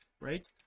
right